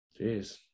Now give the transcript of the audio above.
Jeez